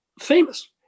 famous